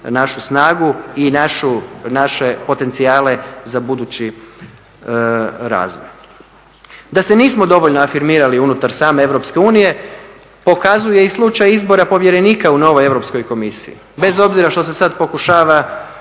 našu snagu i naše potencijale za budući razvoj. Da se nismo dovoljno afirmirali unutar same EU pokazuje i slučaj izbora povjerenika u novoj Europskoj komisiji. Bez obzira što se sada pokušava